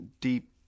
deep